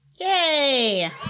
Yay